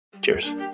Cheers